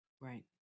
Right